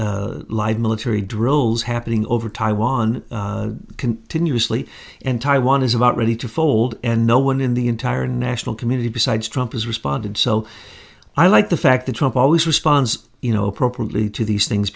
actions like military drills happening over taiwan continuously and taiwan is about ready to fold and no one in the entire national community besides trump has responded so i like the fact that trump always responds you know appropriately to these things